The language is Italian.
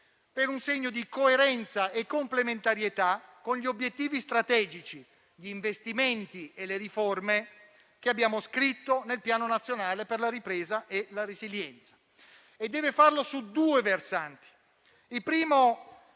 per un segno di coerenza e complementarietà con gli obiettivi strategici, gli investimenti e le riforme che abbiamo scritto nel Piano nazionale per la ripresa e la resilienza. Deve farlo su due versanti. Il primo